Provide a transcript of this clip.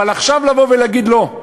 אבל עכשיו לבוא ולהגיד "לא"?